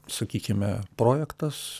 sakykime projektas